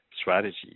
strategy